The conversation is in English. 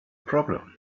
problem